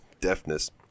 deafness